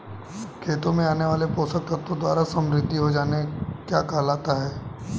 खेतों में आने वाले पोषक तत्वों द्वारा समृद्धि हो जाना क्या कहलाता है?